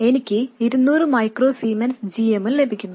എനിക്ക് 200 micro siemens g m ഉം ലഭിക്കുന്നു